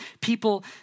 people